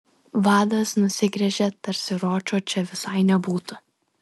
vadas nusigręžė tarsi ročo čia visai nebūtų